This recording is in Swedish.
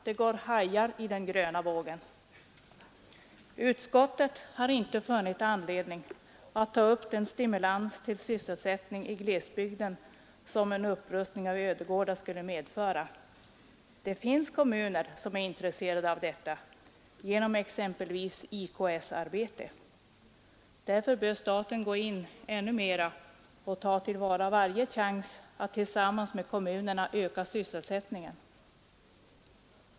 Det går hajar i den gröna vågen! Utskottet har inte funnit anledning att ta upp den stimulans till sysselsättning i glesbygden som en upprustning av ödegårdar skulle medföra. Det finns kommuner som är intresserade av detta genom exempelvis IKS-arbete. Därför bör staten gå in ännu mera och ta till vara varje chans att tillsammans med kommunerna öka sysselsättningen.